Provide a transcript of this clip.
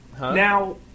Now